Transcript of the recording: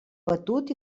batut